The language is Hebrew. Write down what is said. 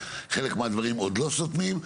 חלק מהדברים עוד לא סותמים.